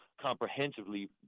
comprehensively